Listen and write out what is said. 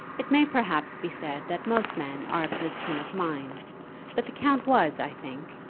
it may perhaps be said that most men are of this turn of mind but the count was, i think,